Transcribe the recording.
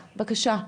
בבקשה.